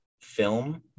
film